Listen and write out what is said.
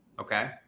Okay